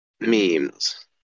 memes